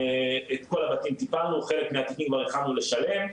לכל הבתים טיפלנו חלק מהם כבר התחלנו לשלם.